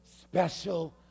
special